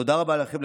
תודה רבה לכם.